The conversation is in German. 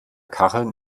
kacheln